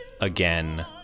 again